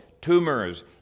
tumors